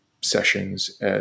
sessions